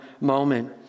moment